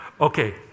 Okay